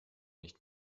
nicht